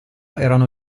erano